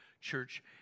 church